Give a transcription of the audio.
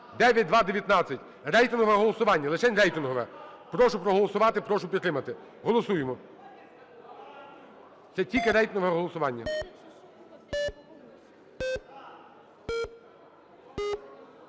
(9219). Рейтингове голосування, лишень рейтингове. Прошу проголосувати, прошу підтримати. Голосуємо. Це тільки рейтингове голосування.